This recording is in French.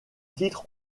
titre